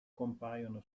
compaiono